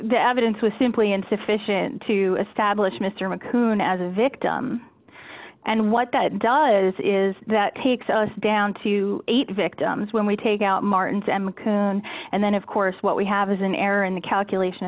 the evidence was simply insufficient to establish mr macoun as a victim and what that does is that takes us down to eight victims when we take out martin's and macoun and then of course what we have is an error in the calculation